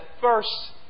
first